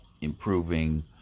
improving